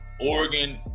Oregon